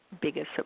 biggest